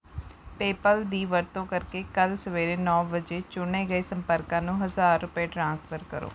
PayPal ਦੀ ਵਰਤੋਂ ਕਰਕੇ ਕੱਲ੍ਹ ਸਵੇਰੇ ਨੌਂ ਵਜੇ ਚੁਣੇ ਗਏ ਸੰਪਰਕਾਂ ਨੂੰ ਹਜ਼ਾਰ ਰੁਪਏ ਟ੍ਰਾਂਸਫਰ ਕਰੋ